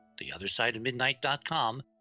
theothersideofmidnight.com